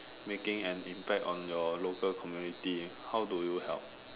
making an impact on your local community how do you help